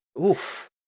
Oof